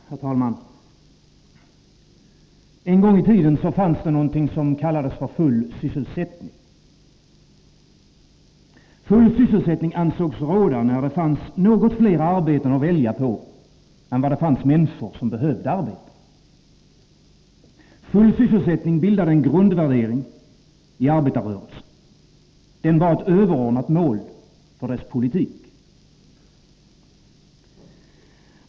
Herr talman! En gång i tiden fanns det någonting som kallades för full sysselsättning. Full sysselsättning ansågs råda när det fanns något fler arbeten att välja på än det fanns människor som behövde arbete. Full sysselsättning bildade en grundvärdering i arbetarrörelsen. Den var ett överordnat mål för dess politik.